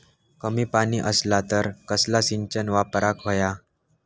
कमी पाणी असला तर कसला सिंचन वापराक होया?